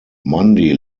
mundy